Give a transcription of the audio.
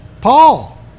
Paul